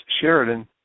Sheridan